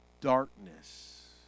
darkness